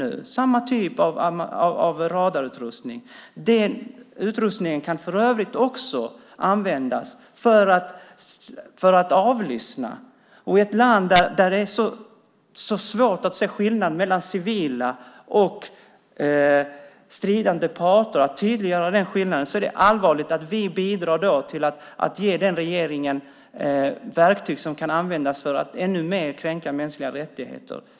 Den utrustningen kan dessutom användas till att avlyssna, och i ett land där det är svårt att tydliggöra skillnaden mellan civila och stridande parter är det allvarligt att vi bidrar till att ge regeringen verktyg som kan användas till att ytterligare kränka mänskliga rättigheter.